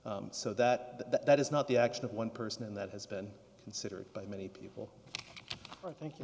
so that that is not the action of one person and that has been considered by many people i think you